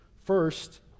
first